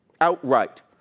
outright